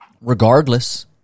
regardless